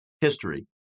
history